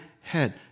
head